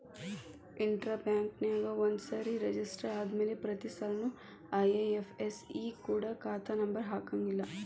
intra ಬ್ಯಾಂಕ್ನ್ಯಾಗ ಒಂದ್ಸರೆ register ಆದ್ಮ್ಯಾಲೆ ಪ್ರತಿಸಲ ಐ.ಎಫ್.ಎಸ್.ಇ ಕೊಡ ಖಾತಾ ನಂಬರ ಹಾಕಂಗಿಲ್ಲಾ